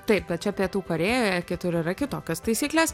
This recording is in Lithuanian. taip bet čia pietų korėjoje kitur yra kitokios taisyklės